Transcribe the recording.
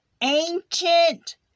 ancient